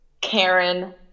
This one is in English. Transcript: karen